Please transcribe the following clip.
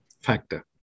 factor